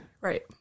Right